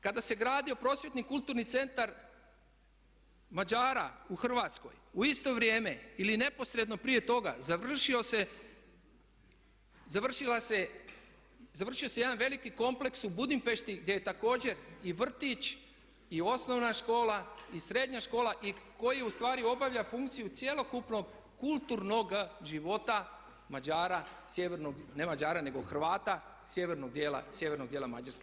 Kada se gradio prosvjetni kulturni centar Mađara u Hrvatskoj u isto vrijeme ili neposredno prije toga završila se, završio se jedan veliki kompleks u Budimpešti gdje je također i vrtić i osnovna škola i srednja škola i koji ustvari obavlja funkciju cjelokupnog kulturnog života Mađara, ne Mađara nego Hrvata sjevernog dijela Mađarske.